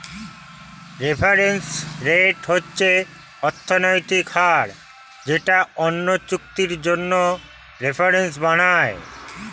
reference rate হচ্ছে অর্থনৈতিক হার যেটা অন্য চুক্তির জন্য রেফারেন্স বানায়